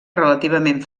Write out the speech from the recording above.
relativament